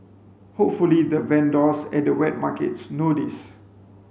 hopefully the vendors at the wet markets know this